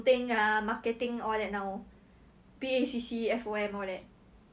like right after the the meeting at cliff's house he go and follow all of us